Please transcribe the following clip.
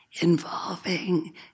involving